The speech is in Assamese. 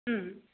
ও